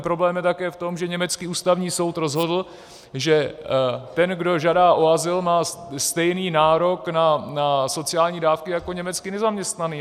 Problém je také v tom, že německý ústavní soud rozhodl, že ten, kdo žádá o azyl, má stejný nárok na sociální dávky jako německý nezaměstnaný.